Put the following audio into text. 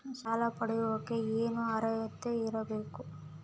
ಸಾಲ ಪಡಿಯಕ ಏನು ಅರ್ಹತೆ ಇರಬೇಕು?